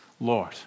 Lord